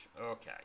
Okay